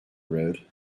road